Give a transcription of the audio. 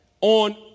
on